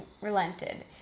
relented